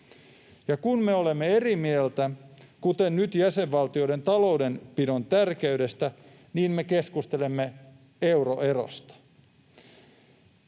kun me olemme eri mieltä, kuten nyt jäsenvaltioiden taloudenpidon tärkeydestä, niin me keskustelemme euroerosta.